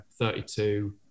32